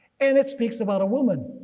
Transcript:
and it speaks about a woman